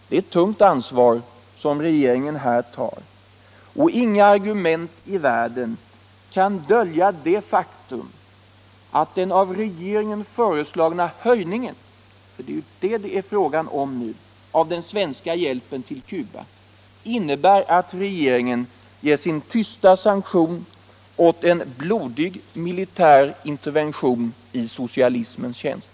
Det är ett tungt ansvar som regeringen här tar, och inga argument i världen kan dölja det faktum att den av regeringen föreslagna höjningen — för det är det som det är fråga om — av den svenska hjälpen till Cuba innebär att regeringen ger sin tysta sanktion åt en blodig militär intervention i socialismens tjänst.